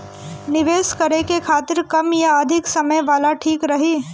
निवेश करें के खातिर कम या अधिक समय वाला ठीक रही?